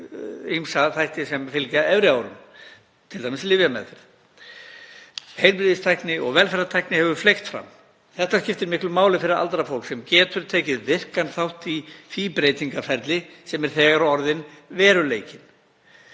ýmsa þætti sem fylgja efri árum, t.d. með lyfjameðferð. Heilbrigðistækni og velferðartækni hefur fleygt fram. Þetta skiptir miklu máli fyrir aldrað fólk sem getur tekið virkan þátt í því breytingaferli sem er þegar orðinn veruleikinn.